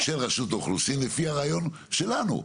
שרשות האוכלוסין, לפי הרעיון שלנו.